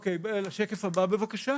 (שקף: השפעות הרפורמה).